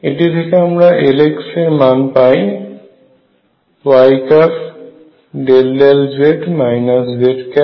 এটি থেকে আমরা Lx এর মান পাই y∂z z∂y